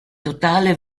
totale